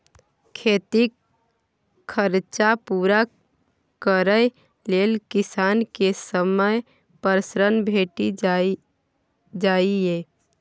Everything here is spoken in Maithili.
खेतीक खरचा पुरा करय लेल किसान केँ समय पर ऋण भेटि जाइए